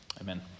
Amen